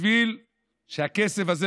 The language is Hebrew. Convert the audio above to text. זה בשביל שהכסף הזה,